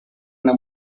una